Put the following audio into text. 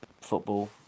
Football